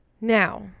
Now